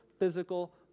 physical